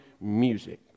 music